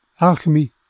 alchemy